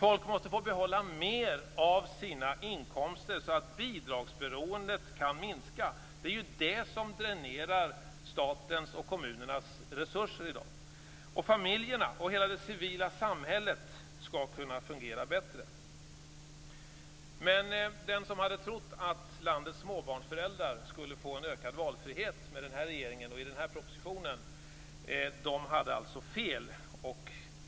Folk måste få behålla mer av sina inkomster så att bidragsberoendet kan minska. Det är ju det som dränerar statens och kommunernas resurser i dag. Familjerna och hela det civila samhället skall kunna fungera bättre. Den som hade trott att landets småbarnsföräldrar skulle få en ökad valfrihet med den här regeringen och med den här propositionen hade alltså fel.